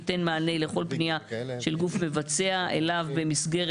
ייתן מענה לכל פנייה של גוף מבצע אליו במסגרת